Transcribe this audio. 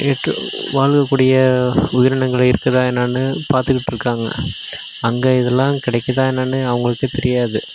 ஏற்ற வாழ கூடிய உயிரினங்கள் இருக்குதா என்னன்னு பார்த்துக்கிட்டு இருக்காங்க அங்கே இதெல்லாம் கிடைக்கிதா என்னன்னு அவங்களுக்கே தெரியாது